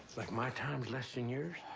like my time's less than yours?